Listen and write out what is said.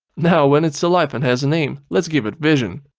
now when it's alive and has a name let's give it vision.